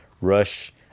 Rush